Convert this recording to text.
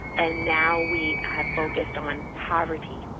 and now we have focused on poverty.